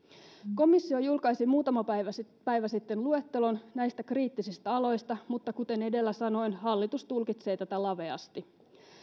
komissio julkaisi muutama päivä sitten päivä sitten luettelon näistä kriittisistä aloista mutta kuten edellä sanoin hallitus tulkitsee tätä laveasti